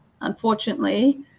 unfortunately